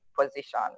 position